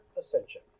ascension